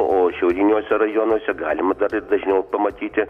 o šiauriniuose rajonuose galima dar ir dažniau pamatyti